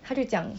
她就讲